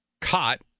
caught